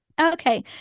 Okay